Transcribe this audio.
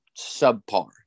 subpar